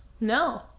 No